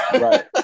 Right